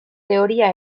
teoria